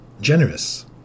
generous